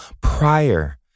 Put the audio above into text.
prior